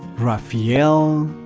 raphael,